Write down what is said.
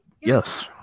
yes